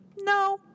No